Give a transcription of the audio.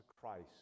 Christ